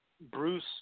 Bruce